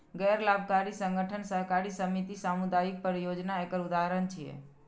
गैर लाभकारी संगठन, सहकारी समिति, सामुदायिक परियोजना एकर उदाहरण छियै